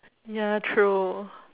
ya true